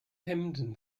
hemden